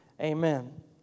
Amen